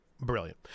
Brilliant